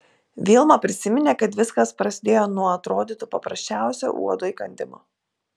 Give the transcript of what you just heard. vilma prisiminė kad viskas prasidėjo nuo atrodytų paprasčiausio uodo įkandimo